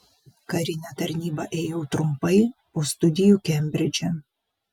karinę tarnybą ėjau trumpai po studijų kembridže